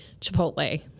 Chipotle